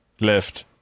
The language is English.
Left